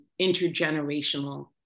intergenerational